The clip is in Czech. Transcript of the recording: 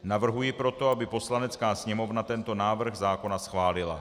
Navrhuji proto, aby Poslanecká sněmovna tento návrh zákona schválila.